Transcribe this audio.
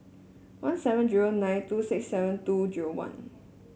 one seven zero nine two six seven two zero one